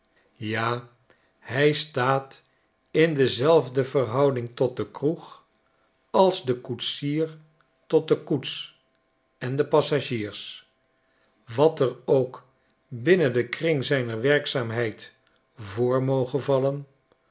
ja hij staat in dezelfde verhouding tot de kroeg als de koetsier tot de koets en de passagiers wat er ook binnen den kring zijner werkzaamheid voor moge vallen